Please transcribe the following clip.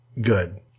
good